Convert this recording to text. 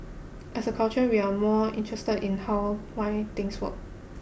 as a culture we are more interested in how why things were